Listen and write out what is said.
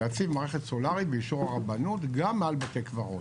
להציב מערכת סולארית באישור הרבנות גם מעל בתי קברות.